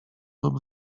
lub